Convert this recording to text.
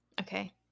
Okay